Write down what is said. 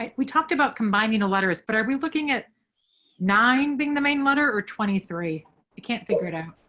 like we talked about combining the letters, but every looking at nine being the main letter or twenty three you can't figure it out.